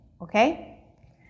okay